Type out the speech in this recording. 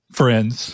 friends